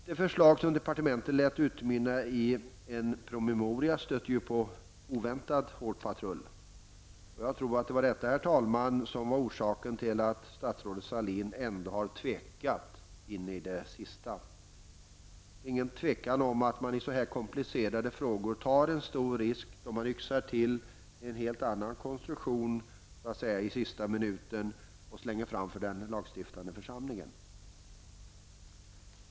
Det förslag som departementet framförde i en promemoria stötte ju på oväntat hård patrull. Jag tror att det, herr talman, var orsaken till att statsrådet Sahlin ändå har tvekat in i det sista. Det råder inget tvivel om att man i så här komplicerade frågor tar en stor risk då man yxar till en helt annan konstruktion ''i sista minuten'' och slänger fram för den lagstiftande församlingen.